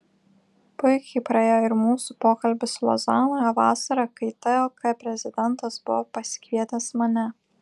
puikiai praėjo ir mūsų pokalbis lozanoje vasarą kai tok prezidentas buvo pasikvietęs mane